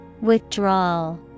Withdrawal